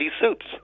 suits